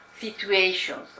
situations